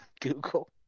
Google